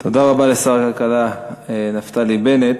תודה רבה לשר הכלכלה נפתלי בנט.